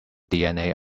dna